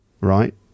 right